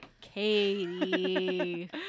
Katie